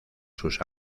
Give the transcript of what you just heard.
sus